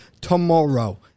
tomorrow